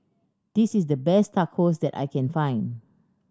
this is the best Tacos that I can find